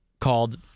called